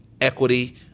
equity